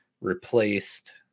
replaced